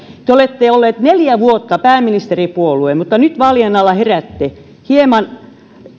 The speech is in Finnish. te olette olleet neljä vuotta pääministeripuolue mutta nyt vaalien alla heräätte hieman